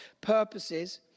purposes